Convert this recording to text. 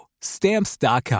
Stamps.com